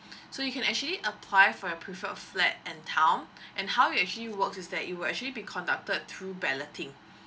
so you can actually apply for your preferred flat and town and how it actually works is that it will actually be conducted through balloting